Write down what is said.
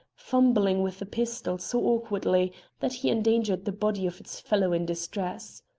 fumbling with the pistol so awkwardly that he endangered the body of his fellow in distress.